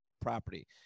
property